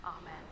Amen